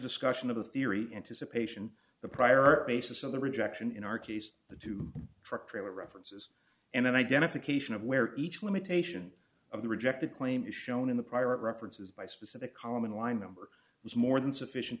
discussion of the theory anticipation the prior basis of the rejection in our case the two truck trailer references and then identification of where each limitation of the reject the claim is shown in the pirate references by specific common line number was more than sufficient